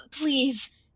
Please